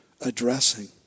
addressing